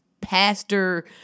pastor